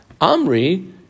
Amri